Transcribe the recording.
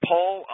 Paul